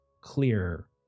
Clear